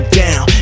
down